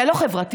זה לא חברתי?